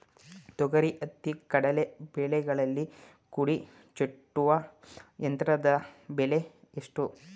ತೊಗರಿ, ಹತ್ತಿ, ಕಡಲೆ ಬೆಳೆಗಳಲ್ಲಿ ಕುಡಿ ಚೂಟುವ ಯಂತ್ರದ ಬೆಲೆ ಎಷ್ಟು?